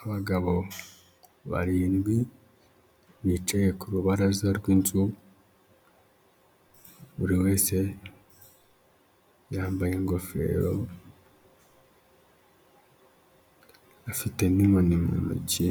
Abagabo barindwi bicaye ku rubaraza rw'inzu, buri wese yambaye ingofero afite n'inkoni mu ntoki,